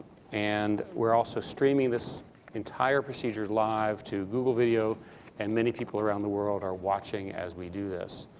and we're also streaming this entire procedure live to google video and many people around the world are watching as we do this.